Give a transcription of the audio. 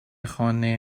خانه